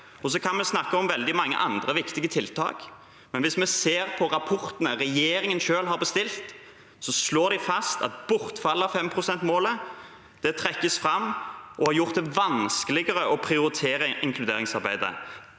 Så kan vi snakke om veldig mange andre viktige tiltak, men hvis vi ser på rapportene regjeringen selv har bestilt, slår de fast og trekker fram at bortfallet av 5-prosentmålet har gjort det vanskeligere å prioritere inkluderingsarbeidet.